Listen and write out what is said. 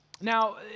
Now